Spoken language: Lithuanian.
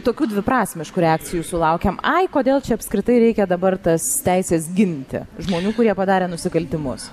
tokių dviprasmiškų reakcijų sulaukiame ai kodėl apskritai reikia dabar tas teises ginti žmonių kurie padarė nusikaltimus